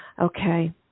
okay